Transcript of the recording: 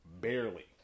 Barely